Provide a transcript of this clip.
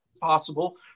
possible